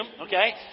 Okay